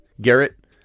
Garrett